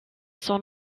son